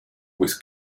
with